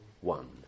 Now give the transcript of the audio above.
one